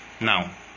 now